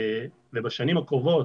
ובשנים הקרובות,